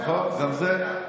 נכון, גם זה.